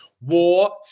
War